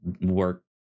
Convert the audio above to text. work